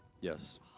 Yes